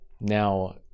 Now